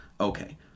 Okay